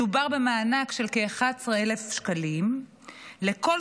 מדובר במענק של כ-11,000 שקלים לכל